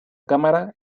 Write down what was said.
cámara